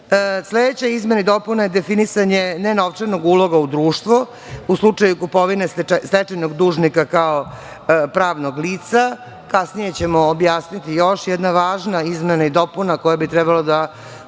uprave. Sledeća izmena i dopuna je definisanje nenovčanog uloga u društvo u slučaju kupovine stečajnog dužnika kao pravnog lica. Kasnije ćemo objasniti još. Jedna važna izmena i dopuna koja bi trebalo da